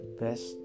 best